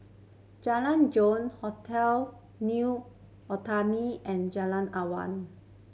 Jalan Jong Hotel New Otani and Jalan Awan